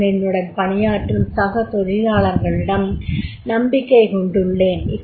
நான் என்னுடன் பணியாற்றும் சக தொழிலாளர்களிடம் நம்பிக்கை கொண்டுள்ளேன்